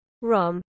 Rom